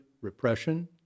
repression